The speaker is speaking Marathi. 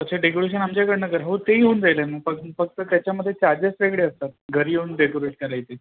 अच्छा डेकोरेशन आमच्याकडनं कर हो तर तेही होऊन जाईले मग फ फक्त त्याच्यामध्ये चार्जेस वेगळे असतात घरी येऊन डेकोरेट करायचे